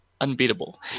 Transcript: Unbeatable